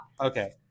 Okay